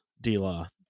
D-Law